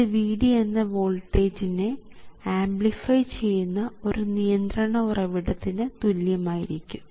ഇത് Vd എന്ന voltage നെ ആംപ്ലിഫൈ ചെയ്യുന്ന ഒരു നിയന്ത്രണ ഉറവിട ത്തിന് തുല്യമായിരിക്കും